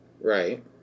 Right